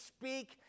speak